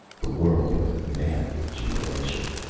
the world went mad with jubilation.